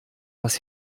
was